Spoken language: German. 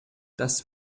das